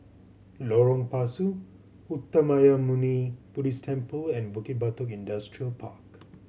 Lorong Pasu Uttamayanmuni Buddhist Temple and Bukit Batok Industrial Park